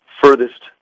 furthest